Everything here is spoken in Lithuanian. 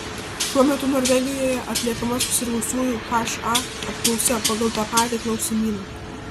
šiuo metu norvegijoje atliekama susirgusiųjų ha apklausa pagal tą patį klausimyną